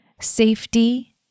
safety